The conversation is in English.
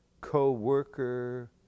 co-worker